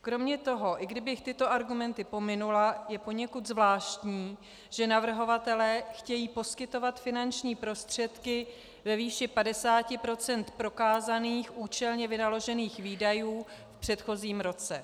Kromě toho i kdybych tyto argumenty pominula, je poněkud zvláštní, že navrhovatelé chtějí poskytovat finanční prostředky ve výši 50 % prokázaných účelně vynaložených výdajů v předchozím roce.